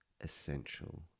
essential